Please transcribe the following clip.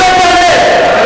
תגיד להם את האמת.